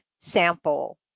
Sample